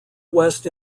west